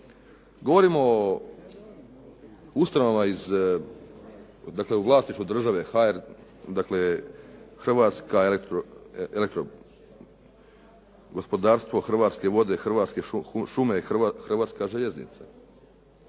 govorimo o ustanovama iz, dakle u vlasništvu države, dakle Hrvatska elektro, gospodarstvo Hrvatske vode, Hrvatske šume, Hrvatska željeznica.